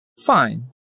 fine